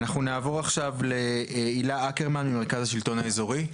נעבור עכשיו להילה אקרמן ממרכז השלטון האזורי.